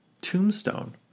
Tombstone